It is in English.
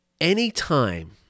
Anytime